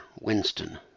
Winston